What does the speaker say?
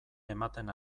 ematen